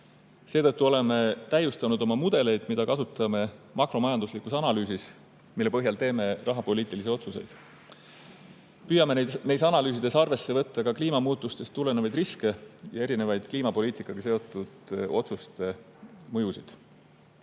Seetõttu oleme täiustanud oma mudeleid, mida kasutame makromajanduslikus analüüsis, mille põhjal teeme rahapoliitilisi otsuseid. Püüame neis analüüsides arvesse võtta ka kliimamuutustest tulenevaid riske ja erinevaid kliimapoliitikaga seotud otsuste mõjusid. Lisaks